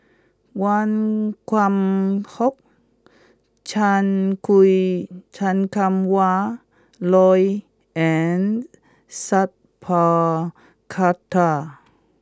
Wan Kam Fook Chan Kum Wah Roy and Sat Pal Khattar